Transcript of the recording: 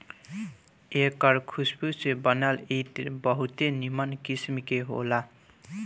एकर खुशबू से बनल इत्र बहुते निमन किस्म के होला